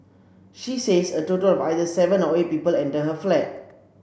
she says a total of either seven or eight people entered her flat